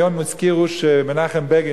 היום הזכירו שמנחם בגין,